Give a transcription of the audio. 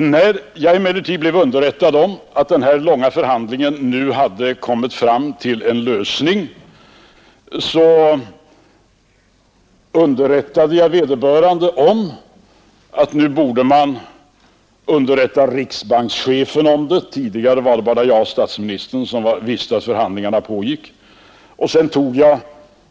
När jag alltså blev underrättad om att de långa förhandlingarna hade lett fram till en lösning, meddelade jag vederbörande att man borde informera riksbankschefen om detta. Tidigare var det bara statsministern och jag som visste att förhandlingarna pågick. Sedan tog jag